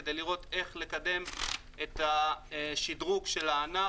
כדי לראות איך לקדם את השדרוג של הענף,